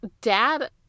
dad